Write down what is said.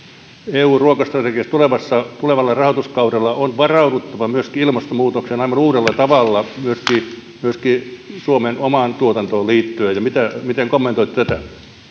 eun ruokastrategiassa tulevalla rahoituskaudella on varauduttava myöskin ilmastonmuutokseen aivan uudella tavalla myöskin myöskin suomen omaan tuotantoon liittyen miten kommentoitte tätä